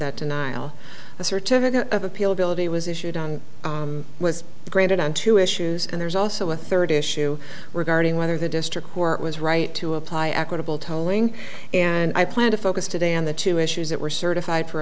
that denial a certificate of appeal ability was issued on was granted on two issues and there's also a third issue regarding whether the district court was right to apply equitable telling and i plan to focus today on the two issues that were certified for